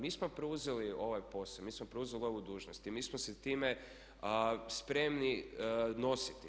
Mi smo preuzeli ovaj posao, mi smo preuzeli ovu dužnost i mi smo se time spremni nositi.